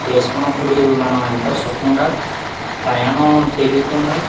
చేసుకున్నప్పుడు మనం ఎంతో సుఖంగా ప్రయాణం తెలియకుండా